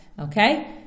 Okay